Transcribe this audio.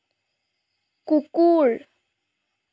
কুকুৰ